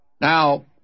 Now